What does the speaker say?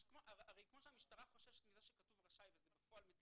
כמו שהמשטרה חוששת מזה שכתוב "רשאי" ובפועל זה מטיל